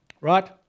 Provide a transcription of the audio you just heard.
right